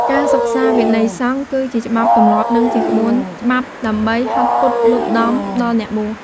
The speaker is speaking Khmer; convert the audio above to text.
ការសិក្សាវិន័យសង្ឃ គឺជាច្បាប់ទម្លាប់ និងជាក្បួនច្បាប់ដើម្បីហាត់ពត់លត់ដំដល់អ្នកបួស។